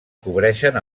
cobreixen